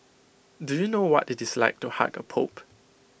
do you know what IT is like to hug A pope